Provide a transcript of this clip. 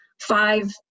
five